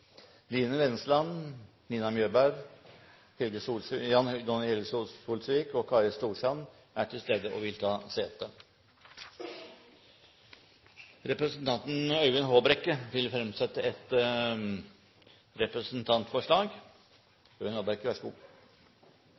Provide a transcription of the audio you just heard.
Line Vennesland, Nina Mjøberg, Jonni Helge Solsvik og Kari Storstrand er til stede og vil ta sete. Representanten Øyvind Håbrekke vil fremsette et representantforslag.